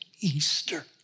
Easter